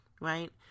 right